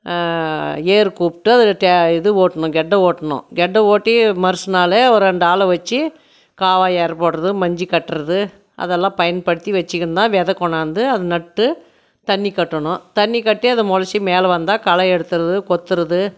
ஏர் கூப்பிட்டு அதை டே இது ஓட்டணும் கெட்ட ஓட்டணும் கெட்ட ஓட்டி மறு நாளே ஓர் ரெண்டு ஆளை வெச்சு கால்வாய் இரை போடுவது மஞ்சு கட்டுவது அதெல்லாம் பயன்படுத்தி வெச்சுக்குன்தான் விதை கொண்டாந்து அதை நட்டு தண்ணி கட்டணும் தண்ணி கட்டி அது முளைச்சி மேலே வந்தால் களை எடுத்துறது கொத்துவது